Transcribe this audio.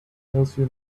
hillsview